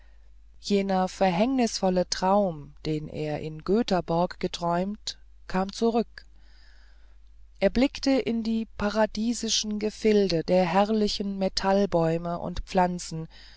jener verhängnisvolle traum den er in göthaborg geträumt kam zurück er blickte in die paradiesische gefilde der herrlichsten metallbäume und pflanzen